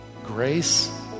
Grace